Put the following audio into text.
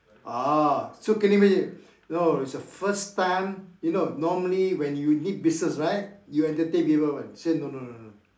ah so can you still imagine no it is the first time you know normally when you need business right you entertain people [one] say no no no no no